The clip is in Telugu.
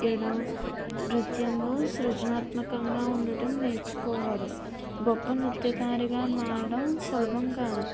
యడం నృత్యంలో సృజనాత్మకంగా ఉండటం నేర్చుకోవాలి గొప్ప నృత్యకారిగా మారడం సులభం కాదు